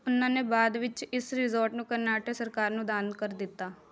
ਉਨ੍ਹਾਂ ਨੇ ਬਾਅਦ ਵਿੱਚ ਇਸ ਰਿਜ਼ੌਰਟ ਨੂੰ ਕਰਨਾਟਕ ਸਰਕਾਰ ਨੂੰ ਦਾਨ ਕਰ ਦਿੱਤਾ